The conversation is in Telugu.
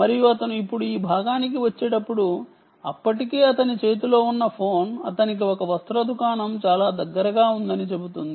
మరియు అతను ఇప్పుడు ఈ భాగానికి వచ్చేటప్పుడు అప్పటికే అతని చేతిలో ఉన్న ఫోన్ అతనికి ఒక వస్త్ర దుకాణం చాలా దగ్గరగా ఉందని చెబుతుంది